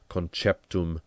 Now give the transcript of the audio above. conceptum